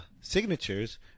signatures